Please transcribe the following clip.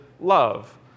love